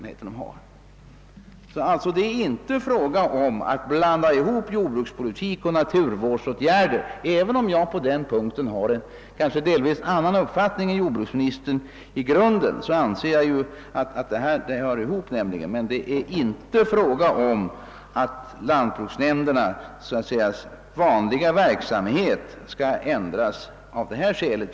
Det är alltså inte meningen att »blanda ihop» jordbrukspolitik och naturvårdsåtgärder. Även om jag på den punkten har en annan uppfattning än jordbruksministern, nämligen att dessa områden hör samman, är det inte fråga om att lantbruksnämndernas vanliga verksamhet skall ändras av detta skäl.